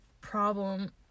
problem